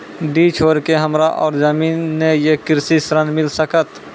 डीह छोर के हमरा और जमीन ने ये कृषि ऋण मिल सकत?